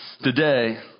today